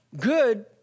good